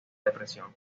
depresión